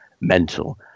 mental